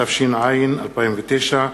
התש"ע 2009,